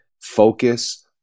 focus